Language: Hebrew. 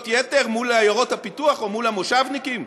יתר מול עיירות הפיתוח או מול המושבניקים?